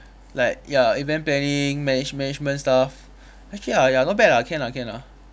like ya event planning manage management stuff actually ya ya not bad ah can ah can ah